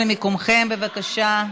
למקומכם, בבקשה.